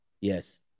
yes